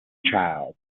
child